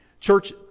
Church